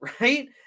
right